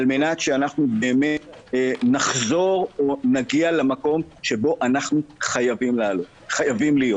על מנת שאנחנו נחזור או נגיע למקום שבו אנחנו חייבים להיות.